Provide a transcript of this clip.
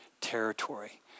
territory